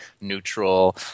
neutral